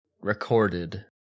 recorded